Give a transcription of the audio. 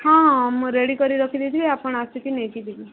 ହଁ ମୁଁ ରେଡ଼ି କରିକି ରଖି ଦେଇ ଥିବି ଆପଣ ଆସିକି ନେଇ ଯିବେ